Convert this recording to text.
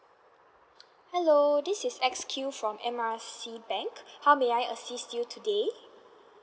hello this is X_Q from M R C bank how may I assist you today